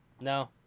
no